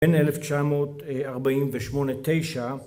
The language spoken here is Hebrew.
בין אלף תשע מאות ארבעים ושמונה-תשע...